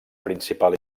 principal